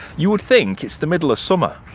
you would think it's the middle of summer.